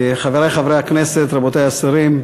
חברי חברי הכנסת, רבותי השרים,